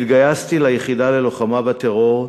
התגייסתי ליחידה ללוחמה בטרור,